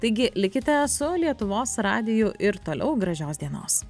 taigi likite su lietuvos radiju ir toliau gražios dienos